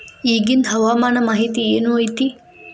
ಇಗಿಂದ್ ಹವಾಮಾನ ಮಾಹಿತಿ ಏನು ಐತಿ?